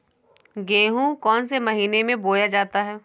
गेहूँ कौन से महीने में बोया जाता है?